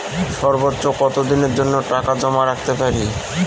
সর্বোচ্চ কত দিনের জন্য টাকা জমা রাখতে পারি?